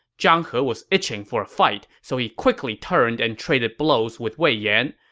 zhang he was itching for a fight, so he quickly turned and traded blows with wei yan.